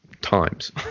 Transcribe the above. times